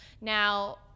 Now